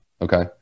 okay